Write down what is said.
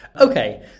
Okay